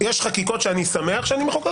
יש חקיקות שאני שמח שאני מחוקק,